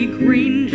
green